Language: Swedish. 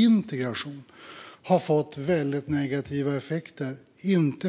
till fullo.